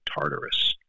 Tartarus